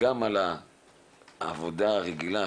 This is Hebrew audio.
גם על העבודה הרגילה,